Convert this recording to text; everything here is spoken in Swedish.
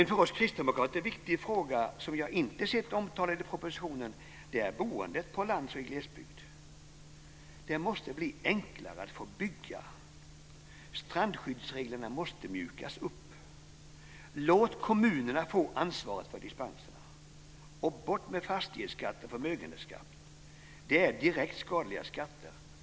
En för oss kristdemokrater viktig fråga som jag inte sett omtalad i propositionen är boendet på landsbygden och i glesbygden. Det måste blir enklare att få bygga. Strandskyddsreglerna måste mjukas upp. Låt kommunerna få ansvaret för dispenserna! Ta bort fastighetsskatten och förmögenhetsskatten! De är direkt skadliga skatter.